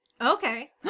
okay